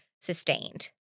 sustained